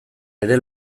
ere